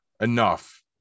enough